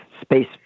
space